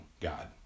God